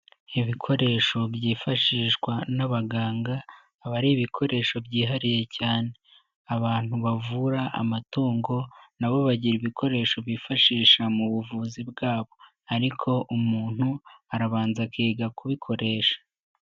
Ibikoresho byifashishwa n'abaganga, aba ari ibikoresho byihariye cyane, abantu bavura amatungo nabo bagira ibikoresho bifashisha mu buvuzi bwabo, ariko umuntu arabanza akiga kubikoresha.